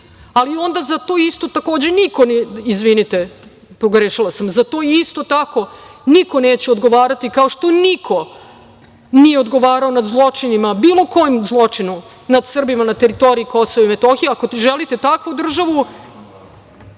ali onda za to isto, takođe, niko… Izvinite, pogrešila sam, za to isto tako niko neće odgovarati, kao što niko nije odgovarao za zločine, bilo koji zločin, nad Srbima na teritoriji Kosova i Metohije. Ako želite takvu državu,